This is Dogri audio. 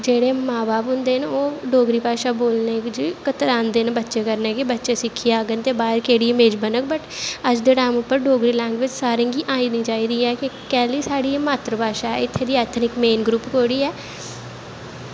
जेह्ड़े मां बब्ब होंदे न ओह् डोगरी भाशा बोलने च कतरांदे न बच्चें कन्नै बच्चा सिक्खी जांगन ते बाह्र केह् इमेज़ बनग बट अज्ज दे टैम उप्पर डोगरी लैंग्वेज़ सारें गी आनी चाही दी ऐ कैली एह् साढ़ी मात्तर बाशा ऐ इत्थें ऐथनिक मेन ग्रुप केह्ड़ी ऐ